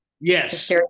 Yes